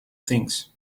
things